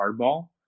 hardball